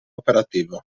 operativo